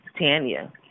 Tanya